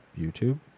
YouTube